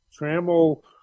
Trammell